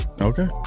Okay